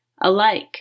Alike